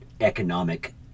economic